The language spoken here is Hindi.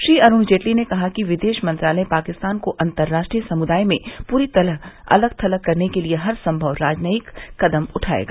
श्री अरूण जेटली ने कहा विदेश मंत्रालय पाकिस्तान को अंतर्राष्ट्रीय समुदाय में पूरी तरह अलग थलग करने के लिए हर संभव राजनयिक कदम उठाएगा